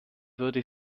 würde